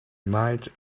might